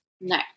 No